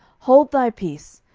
hold thy peace,